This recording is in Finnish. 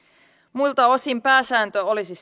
muilta osin pääsääntö olisi